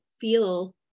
feel